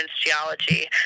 geology